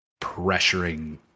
pressuring